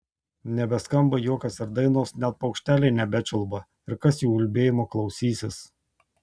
nebeskamba juokas ir dainos net paukšteliai nebečiulba ir kas jų ulbėjimo klausysis